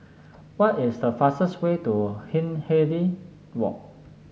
what is the fastest way to Hindhede Walk